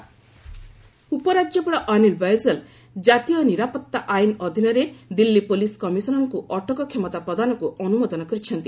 Delhi LG police ଉପରାଜ୍ୟପାଳ ଅନିଲ୍ ବୈଜଲ୍ ଜାତୀୟ ନିରାପତ୍ତା ଆଇନ୍ ଅଧୀନରେ ଦିଲ୍ଲୀ ପୁଲିସ୍ କମିଶନର୍ଙ୍କୁ ଅଟକ କ୍ଷମତା ପ୍ରଦାନକୁ ଅନୁମୋଦନ କରିଛନ୍ତି